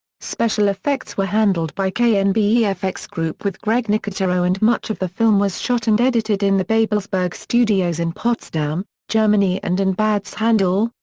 special effects were handled by knb efx group with greg nicotero and much of the film was shot and edited in the babelsberg studios in potsdam, germany and in bad schandau,